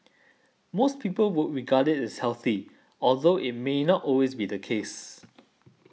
most people would regard its healthy although it may not always be the case